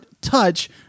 touch